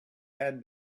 had